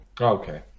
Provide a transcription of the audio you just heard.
Okay